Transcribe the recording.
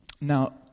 Now